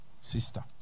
Sister